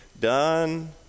done